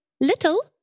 little